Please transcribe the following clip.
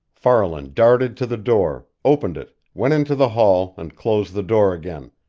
farland darted to the door, opened it, went into the hall and closed the door again.